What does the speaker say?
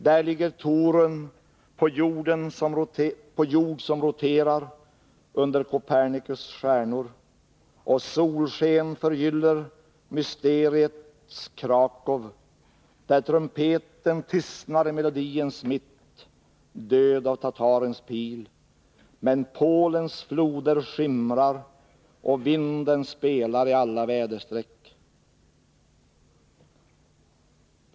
Där ligger Torun på jord som roterar under Kopernikus” stjärnor och solsken förgyller mysteriets Krakow, där trumpeten tystnar i melodiens mitt, död av tatarens pil — men Polens floder skimrar och vinden spelar i alla väderstreck.